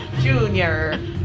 Junior